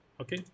okay